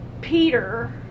peter